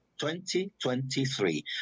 2023